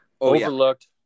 overlooked